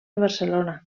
barcelona